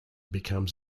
becomes